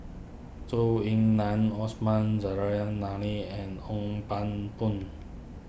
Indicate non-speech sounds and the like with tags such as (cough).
Zhou Ying Nan Osman (unintelligible) and Hong Pang Boon